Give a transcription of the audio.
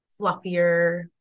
fluffier